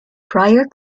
pryor